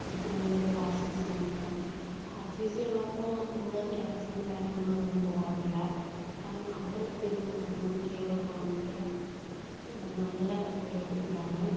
ആ തിരുവന്തപുരത്ത് R C C ഉണ്ട് ആർ സി സി ഉള്ളപ്പോൾ നമ്മൾ ക്യാൻസറിന് വേറങ്ങു അങ്ങനെ പോകാറില്ല കാരണം അവിടെ തരുന്ന മരുന്നും കെയറൊക്കെ ഭയങ്കര നല്ല ഒരു ഇതാണ്